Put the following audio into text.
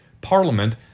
Parliament